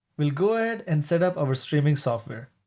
we'll go ahead and set up our streaming software.